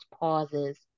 pauses